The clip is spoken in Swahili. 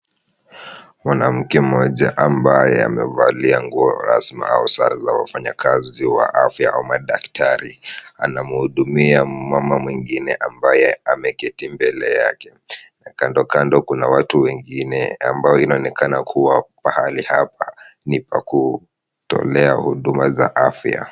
Mwanamke mmoja ambaye amevalia nguo rasmi au sare za mfanyakazi wa afya ama daktari anamhudumia mama mwingine ambaye ameketi mbele yake na kando kando kuna watu wengine ambao inaonekana kuwa pahali hapa ni pa kutolea huduma za afya.